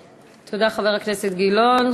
תודה, חבר הכנסת אילן גילאון.